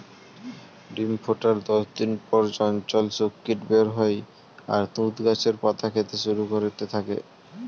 ডিম ফোটার দশ দিন পর চঞ্চল শূককীট বের হয় আর তুঁত গাছের পাতা খেতে শুরু করে থাকে